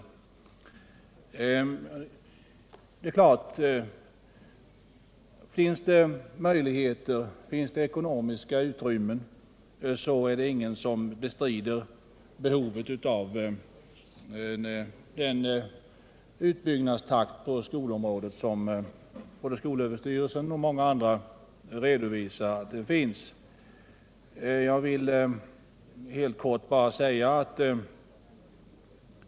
Finns det ekonomiskt utrymme, så är det naturligtvis ingen som bestrider behovet av den utbyggnadstakt på skolområdet som både skolöverstyrelsen och många andra redovisar som önskvärd.